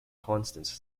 constance